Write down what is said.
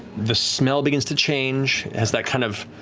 the smell begins to change, as that kind of